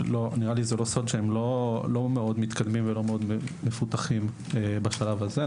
אין זה סוד שהם לא מאוד מתקדמים ולא מאוד מפותחים בשלב הזה.